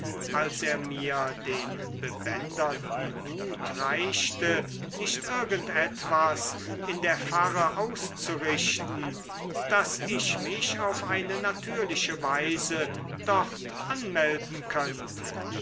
als er mir den bebänderten hut reichte nicht irgend etwas in der pfarre auszurichten daß ich mich auf eine natürliche weise dort anmelden könnte